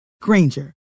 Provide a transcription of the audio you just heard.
Granger